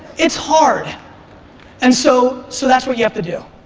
it's hard and so so that's what you have to do.